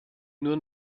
nur